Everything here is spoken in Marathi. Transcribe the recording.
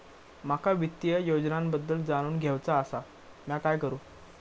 माका वित्तीय योजनांबद्दल जाणून घेवचा आसा, म्या काय करू?